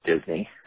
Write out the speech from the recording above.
Disney